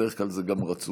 בדרך כלל זה גם רצוי.